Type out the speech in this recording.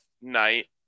night